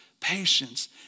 patience